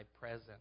present